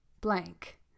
blank